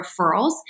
referrals